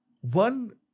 One